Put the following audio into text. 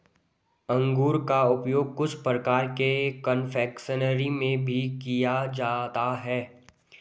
अंगूर का उपयोग कुछ प्रकार के कन्फेक्शनरी में भी किया जाता है